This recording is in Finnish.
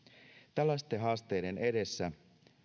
tällaisten haasteiden edessä